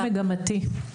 זה מגמתי.